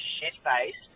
shit-faced